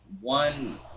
one